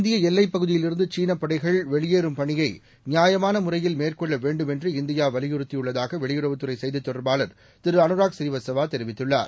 இந்தியஎல்லைப் பகுதியிலிருந்துசீனபடைகள் வெளியேறும் பணியைநியாயமானமுறையில் மேற்கொள்ளவேண்டும் என்று இந்தியாவலியுறுத்தியுள்ளதாகவெளியுறவுத் துறைசெய்தித் தொடர்பாளர் திரு அனுராக் புநீவத்சவாதெரிவித்துள்ளார்